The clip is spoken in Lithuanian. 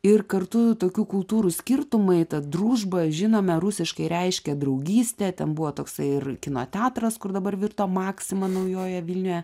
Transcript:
ir kartu tokių kultūrų skirtumai tad družba žinome rusiškai reiškia draugystę ten buvo toksai ir kino teatras kur dabar virto maksima naujojoje vilnioje